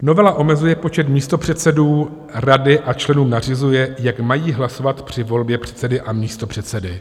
Novela omezuje počet místopředsedů rady a členům nařizuje, jak mají hlasovat při volbě předsedy a místopředsedy.